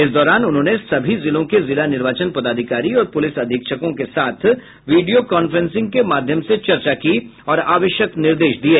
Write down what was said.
इस दौरान उन्होंने सभी जिलों के जिला निर्वाचन पदाधिकारी और पुलिस अधीक्षकों के साथ वीडियो कांफ्रेंसिंग के माध्यम से चर्चा की और आवश्यक निर्देश दिये